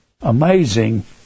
amazing